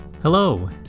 Hello